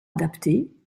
adapté